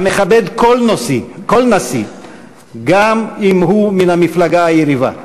המכבד כל נשיא, גם אם הוא מהמפלגה היריבה,